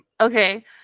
okay